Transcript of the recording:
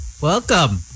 welcome